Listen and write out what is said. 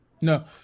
No